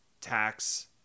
tax